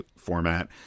format